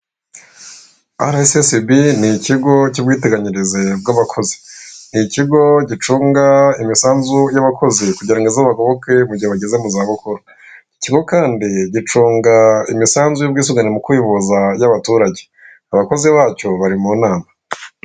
Ara esisibi ni ikigo cy'ubwiteganyirize bw'abakozi ni ikigo gicunga imisanzu y'abakozi kugira ngo izabagoboke mu gihe bageze mu izabukuru, iki kigo kandi gicunga imisanzu y'ubwisungane mu kwivuza y'abaturage. Abakozi bacyo bari mu nama.